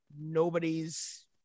nobody's